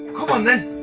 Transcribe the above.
come on then.